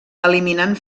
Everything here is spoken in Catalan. eliminant